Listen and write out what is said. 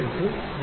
R L